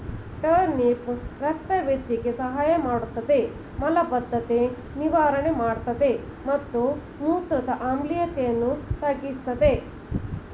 turnip ರಕ್ತ ವೃಧಿಗೆ ಸಹಾಯಮಾಡ್ತದೆ ಮಲಬದ್ಧತೆ ನಿವಾರಣೆ ಮಾಡ್ತದೆ ಮತ್ತು ಮೂತ್ರದ ಆಮ್ಲೀಯತೆಯನ್ನು ತಗ್ಗಿಸ್ತದೆ